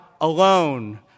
alone